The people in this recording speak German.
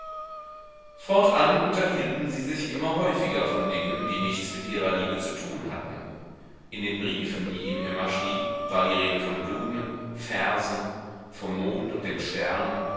fortan unterhielten sie sich immer häufiger von dingen die nichts mit ihrer liebe zu tun hatten in den briefen die ihm emma schrieb war die rede von blumen versen vom mond und den sternen